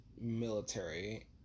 military